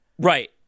Right